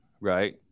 right